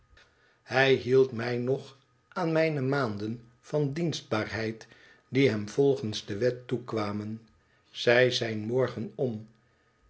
hij hield mij nog aan mijne maanden van dienstbaarheid die hem volgens de wet toekwamen zij zijn morgen om